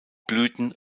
blüten